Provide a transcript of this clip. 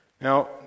Now